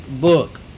book